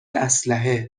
اسلحه